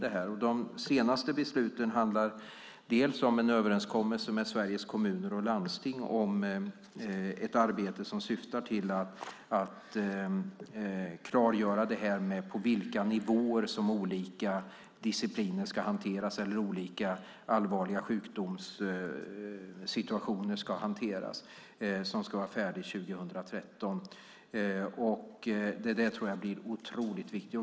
De senaste besluten handlar bland annat om en överenskommelse med Sveriges Kommuner och Landsting om ett arbete som syftar till att klargöra på vilka nivåer som olika discipliner eller olika allvarliga sjukdomssituationer ska hanteras. Den ska vara färdig 2013. Den blir otroligt viktig.